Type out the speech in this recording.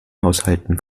haushalten